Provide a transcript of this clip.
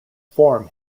form